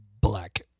Black